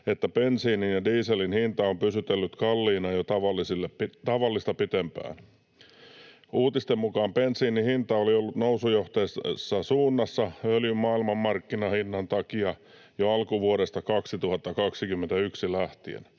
että bensiinin ja dieselin hinta on pysytellyt kalliina jo tavallista pitempään. Uutisten mukaan bensiinin hinta oli ollut nousujohteisessa suunnassa öljyn maailmanmarkkinahinnan takia jo alkuvuodesta 2021 lähtien.